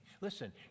Listen